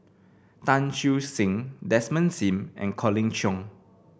Tan Siew Sin Desmond Sim and Colin Cheong